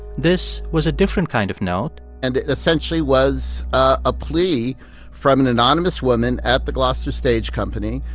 this was a different kind of note and it essentially was a plea from an anonymous woman at the gloucester stage company,